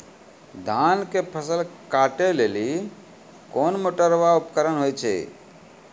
धान के फसल काटैले कोन मोटरवाला उपकरण होय छै?